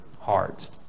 heart